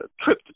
trip